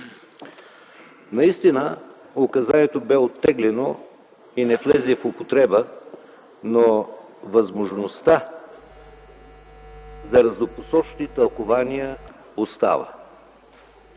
Наистина указанието бе оттеглено и не влезе в употреба, но възможността за разнопосочни тълкувания остава.